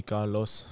Carlos